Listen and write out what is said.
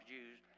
Jews